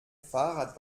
fahrrad